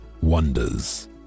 wonders